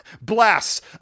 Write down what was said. Blasts